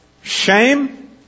shame